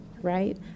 Right